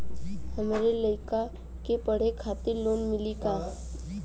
हमरे लयिका के पढ़े खातिर लोन मिलि का?